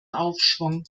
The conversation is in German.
aufschwung